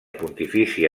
pontifícia